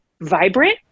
vibrant